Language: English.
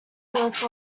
growth